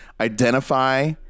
identify